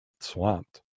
swamped